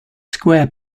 square